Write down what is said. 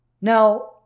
Now